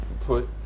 put